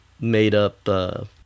made-up